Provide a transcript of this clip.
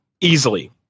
easily